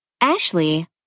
Ashley